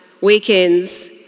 weekends